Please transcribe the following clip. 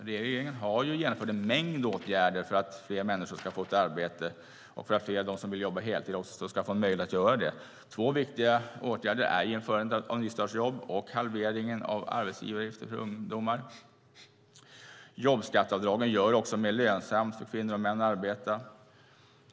Regeringen har genomfört en mängd åtgärder för att fler människor ska få ett arbete och för att fler av dem som vill jobba heltid också ska få möjlighet att göra det. Två viktiga åtgärder är införandet av nystartsjobb och halveringen av arbetsgivaravgiften för ungdomar. Jobbskatteavdragen gör det också mer lönsamt för kvinnor och män att arbeta.